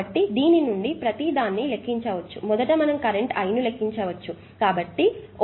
కాబట్టి దీని నుండి ప్రతి దాన్ని లెక్కించవచ్చు మొదట మనం కరెంట్ I ను లెక్కించవచ్చు